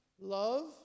love